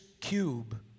Cube